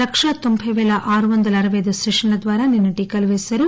లక్షా తొంబై పేల ఆరు వంద అరపై అయిదు సెషన్ల ద్వారా నిన్న టీకాలు పేశారు